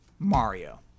Mario